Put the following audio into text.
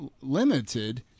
limited